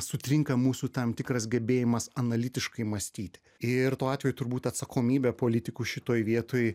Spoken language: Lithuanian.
sutrinka mūsų tam tikras gebėjimas analitiškai mąstyti ir tuo atveju turbūt atsakomybę politikų šitoje vietoj